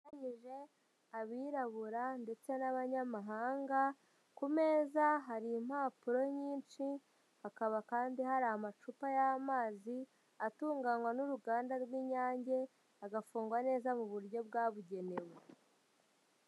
Yagabanyije abirabura ndetse n'abanyamahanga, ku meza hari impapuro nyinshi, hakaba kandi hari amacupa y'amazi atunganywa n'uruganda rw'inyange agafungwa neza mu buryo bwabugenewe.